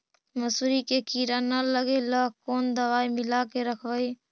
मसुरी मे किड़ा न लगे ल कोन दवाई मिला के रखबई?